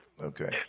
okay